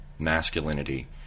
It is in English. Masculinity